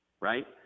right